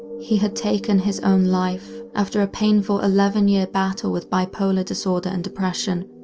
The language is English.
he had taken his own life after a painful eleven years battle with bipolar disorder and depression.